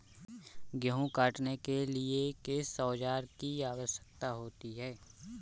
गेहूँ काटने के लिए किस औजार की आवश्यकता होती है?